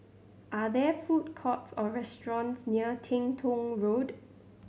are there food courts or restaurants near Teng Tong Road